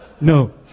No